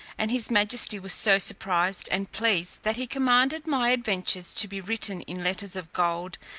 and his majesty was so surprised and pleased, that he commanded my adventures to be written in letters of gold,